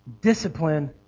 Discipline